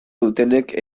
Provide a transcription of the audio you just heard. dutenek